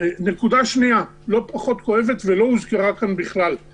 אני רוצה לחזק את הדברים שאמר כאן ידידי ורעי יואב.